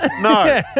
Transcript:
No